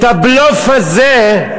את הבלוף הזה,